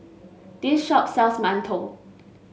this shop sells mantou